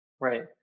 right